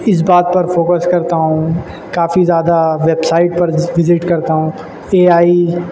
اس بات پر فوکس کرتا ہوں کافی زیادہ ویب سائٹ پر وزٹ کرتا ہوں اے آئی